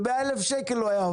ב-100 אלף שקל הוא היה עובר.